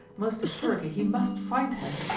most assuredly, he must find her.